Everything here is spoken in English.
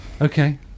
Okay